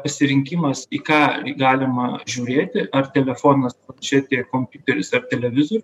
pasirinkimas į ką galima žiūrėti ar telefonas planšetė kompiuteris ar televizorių